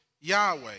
Yahweh